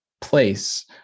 place